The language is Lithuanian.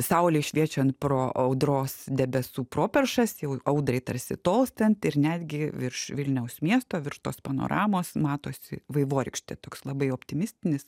saulei šviečiant pro audros debesų properšas jau audrai tarsi tolstant ir netgi virš vilniaus miesto virš tos panoramos matosi vaivorykštė toks labai optimistinis